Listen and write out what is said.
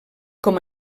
com